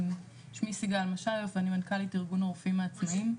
שמי סיגל משהיוף ואני מנכ"לית ארגון הרופאים העצמאים,